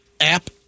app